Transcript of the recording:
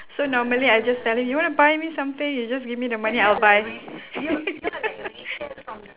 so normally I just tell him you want to buy me something you just give me the money I'll buy